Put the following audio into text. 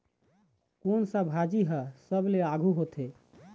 कोन सा भाजी हा सबले आघु होथे?